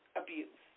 abuse